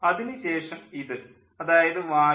അതിനു ശേഷം ഇത് അതായത് വായു